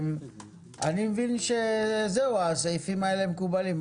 אני מבין שהסעיפים האלה מקובלים.